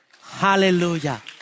Hallelujah